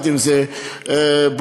עם זאת,